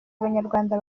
abanyarwanda